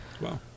Wow